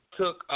took